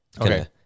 okay